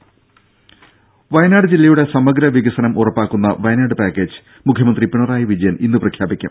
രും വയനാട് ജില്ലയുടെ സമഗ്രവികസനം ഉറപ്പാക്കുന്ന വയനാട് പാക്കേജ് മുഖ്യമന്ത്രി പിണറായി വിജയൻ ഇന്ന് പ്രഖ്യാപിക്കും